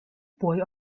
boy